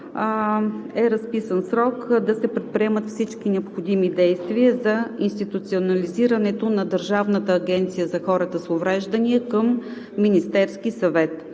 е разписан срок да се предприемат всички необходими действия за институционализирането на Държавна агенция за хората с увреждания към Министерския съвет.